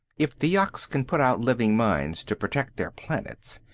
if the yuks can put out living mines to protect their planets,